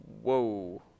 Whoa